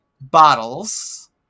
bottles